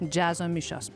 džiazo mišios